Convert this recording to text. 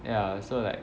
ya so like